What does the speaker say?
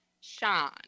Sean